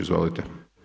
Izvolite.